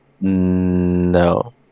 no